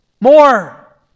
More